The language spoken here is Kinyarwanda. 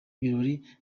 birori